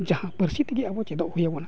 ᱡᱟᱦᱟᱸ ᱯᱟᱹᱨᱥᱤ ᱛᱮᱜᱮ ᱟᱵᱚ ᱪᱮᱫᱚᱜ ᱦᱩᱭᱟᱵᱚᱱᱟ